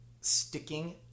sticking